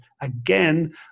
Again